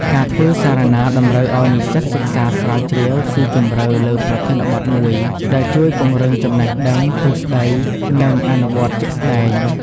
ការធ្វើសារណាតម្រូវឲ្យនិស្សិតសិក្សាស្រាវជ្រាវស៊ីជម្រៅលើប្រធានបទមួយ ដែលជួយពង្រឹងចំណេះដឹងទ្រឹស្ដី និងអនុវត្តជាក់ស្តែង។